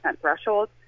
threshold